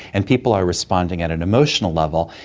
and people are responding at an emotional level.